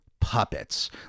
puppets